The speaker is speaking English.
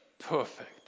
perfect